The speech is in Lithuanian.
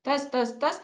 tas tas tas